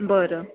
बरं